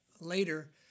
later